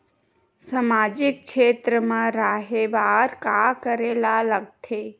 सामाजिक क्षेत्र मा रा हे बार का करे ला लग थे